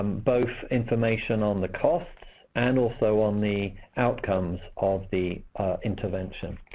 both information on the costs and also on the outcomes of the intervention.